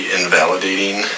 invalidating